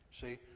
See